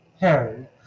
Harry